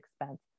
expense